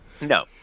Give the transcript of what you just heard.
No